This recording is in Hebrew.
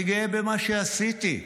אני גאה במה שעשיתי.